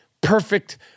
perfect